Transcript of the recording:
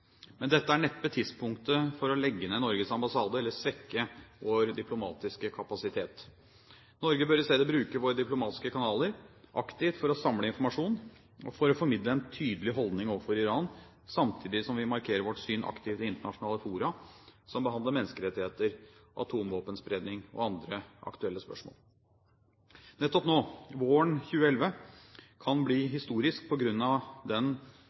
men dette er neppe tidspunktet for å legge ned Norges ambassade eller svekke vår diplomatiske kapasitet. Norge bør i stedet bruke våre diplomatiske kanaler aktivt for å samle informasjon og for å formidle en tydelig holdning overfor Iran, samtidig som vi markerer vårt syn aktivt i internasjonale fora som behandler menneskerettigheter, atomvåpenspredning og andre aktuelle spørsmål. Nettopp nå, våren 2011, kan bli historisk på grunn av den